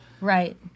Right